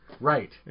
Right